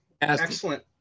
Excellent